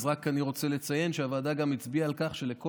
אני רק רוצה לציין שהוועדה גם הצביעה על כך שלכל